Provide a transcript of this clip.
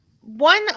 one